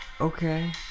Okay